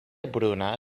bruna